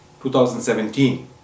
2017